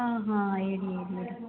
ಹಾಂ ಹಾಂ ಹೇಳಿ ಹೇಳಿ ಹೇಳಿ